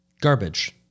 Garbage